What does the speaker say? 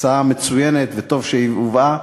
הצעה מצוינת וטוב שהיא הובאה,